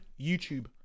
YouTube